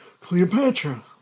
Cleopatra